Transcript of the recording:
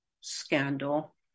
scandal